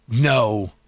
no